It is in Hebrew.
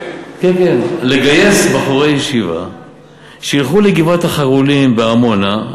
לגייס בחורי ישיבה שילכו לגבעות החרולים בעמונה,